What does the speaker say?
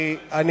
בבקשה.